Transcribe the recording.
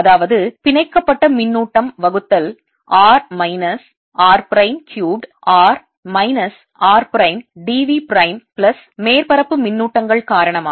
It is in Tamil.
அதாவது பிணைக்கப்பட்ட மின்னூட்டம் வகுத்தல் r minus r prime cubed r minus r prime d v prime plus மேற்பரப்பு மின்னூட்டங்கள் காரணமாக